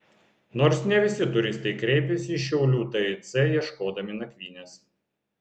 nors ne visi turistai kreipiasi į šiaulių tic ieškodami nakvynės